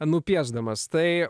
nupiešdamas tai